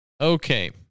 Okay